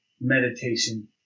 meditation